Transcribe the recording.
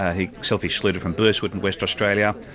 he self-excluded from burswood in west australia,